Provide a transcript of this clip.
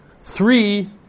three